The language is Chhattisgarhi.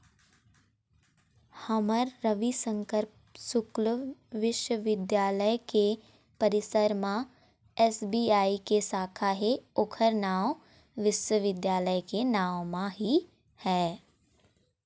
हमर पंडित रविशंकर शुक्ल बिस्वबिद्यालय के परिसर म एस.बी.आई के साखा हे ओखर नांव विश्वविद्यालय के नांव म ही है